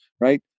right